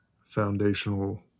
foundational